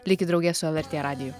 likit drauge su lrt radiju